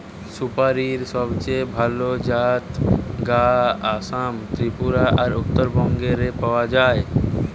সুপারীর সবচেয়ে ভালা জাত গা আসাম, ত্রিপুরা আর উত্তরবঙ্গ রে পাওয়া যায়